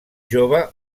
jove